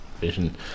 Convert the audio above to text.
vision